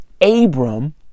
Abram